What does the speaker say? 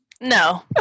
No